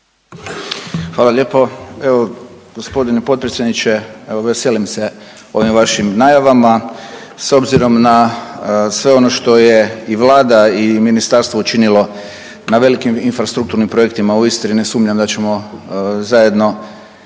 Hvala lijepo. Evo g. potpredsjedniče, evo veselim se ovim vašim najavama s obzirom na sve ono što je i vlada i ministarstvo učinilo na velikim infrastrukturnim projektima u Istri ne sumnjam da ćemo zajedno